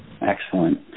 Excellent